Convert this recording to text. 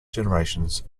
generations